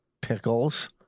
pickles